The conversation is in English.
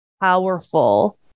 powerful